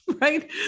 Right